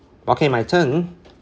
okay my turn